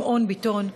שמעון ביטון,